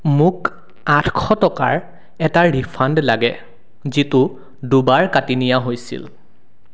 মোক আঠশ টকাৰ এটা ৰিফাণ্ড লাগে যিটো দুবাৰ কাটি নিয়া হৈছিল